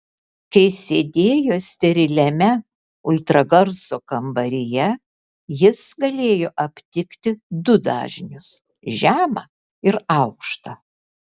kai sėdėjo steriliame ultragarso kambaryje jis galėjo aptikti du dažnius žemą ir aukštą